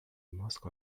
mask